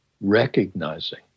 recognizing